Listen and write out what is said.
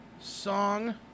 song